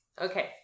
okay